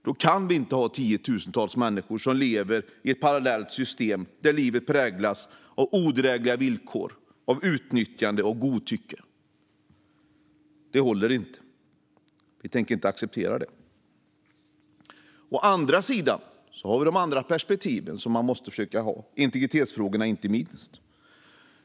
Då kan inte tiotusentals människor leva i Sverige i ett parallellt system där livet präglas av odrägliga villkor, utnyttjande och godtycke. Det håller inte. Det tänker vi inte acceptera. Å andra sidan måste vi försöka ha även de andra perspektiven i huvudet, inte minst integritetsfrågorna.